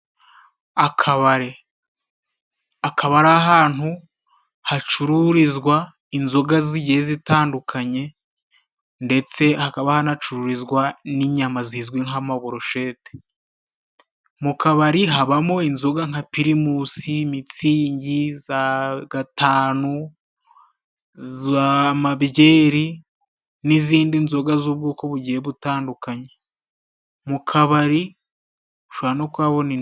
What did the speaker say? Akabare akaba ari ahantu hacururizwa inzoga zigiye zitandukanye, ndetse hakaba hanacururizwa n'inyama zizwi nk'amaborushete, mu kabari habamo inzoga nka primusi, mitsingi, za gatanu, amabyeri n'izindi nzoga z'ubwoko bugiye butandukanye, mu kabari ushobora no kuhabona......